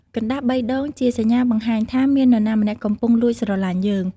កណ្ដាស់បីដងជាសញ្ញាបង្ហាញថាមាននរណាម្នាក់កំពុងលួចស្រឡាញ់យើង។